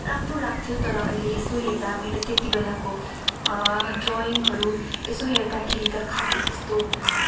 राम्रो लाग्थ्यो तर अहिले यसो हेर्दा मेरो त्यति बेलाको ड्रोइङहरू यसो हेर्दाखेरि त खासै त्यस्तो